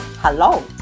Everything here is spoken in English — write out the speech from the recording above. Hello